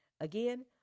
Again